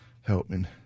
helping